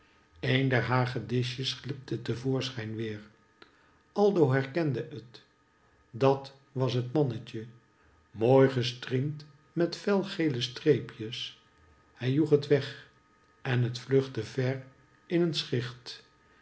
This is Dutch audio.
een der hagedisjes glipte te voorschijn weer aldo herkende het dat was het mannetje mooi gestriemd met fel gele streepjes hij joeg het weg en het vluchtte ver in een schicht